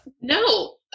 No